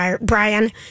Brian